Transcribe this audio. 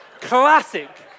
classic